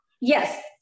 Yes